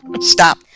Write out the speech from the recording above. stop